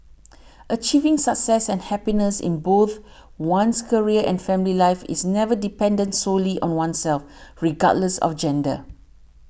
achieving success and happiness in both one's career and family life is never dependent solely on oneself regardless of gender